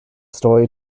story